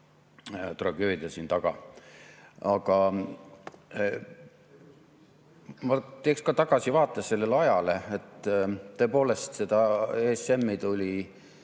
tragöödia siin taga. Aga ma teeks ka tagasivaate sellele ajale. Tõepoolest, seda ESM‑i tuli